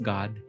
God